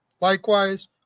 Likewise